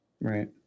Right